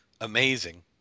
amazing